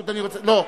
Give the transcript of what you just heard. לא.